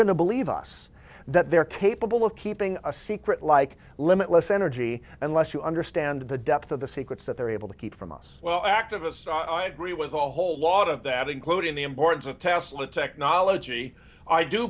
to believe us that they're tejpal of keeping a secret like limitless energy unless you understand the depth of the secrets that they're able to keep from us well activists i agree with a whole lot of that including the importance of tesla technology i do